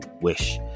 wish